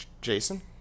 Jason